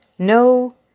No